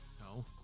No